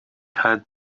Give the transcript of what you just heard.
had